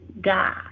God